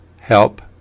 Help